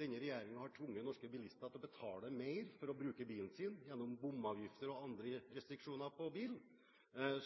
Denne regjeringen har tvunget norske bilister til å betale mer for å bruke bilen sin gjennom bomavgifter, og andre restriksjoner på bil.